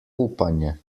upanje